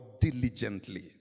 diligently